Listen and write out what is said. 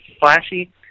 flashy